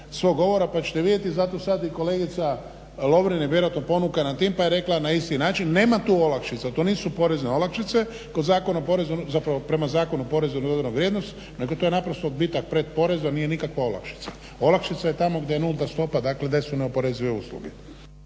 svog govora pa ćete vidjeti. Zato sad i kolegica Lovrin je vjerojatno ponukana tim pa je rekla na isti način, nema tu olakšica, to nisu porezne olakšice. Kod Zakona o porezu, prema Zakonu o porezu na dodanu vrijednost, međutim to je naprosto bitak pretporeza, nije nikakva olakšica. Olakšica je tamo gdje je nulta stopa, gdje su neoporezive usluge.